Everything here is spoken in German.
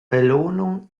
belohnung